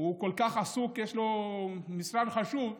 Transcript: כל כך עסוק, יש לו משרד חשוב,